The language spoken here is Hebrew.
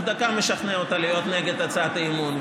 דקה משכנע אותה להיות נגד הצעת האי-אמון,